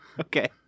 Okay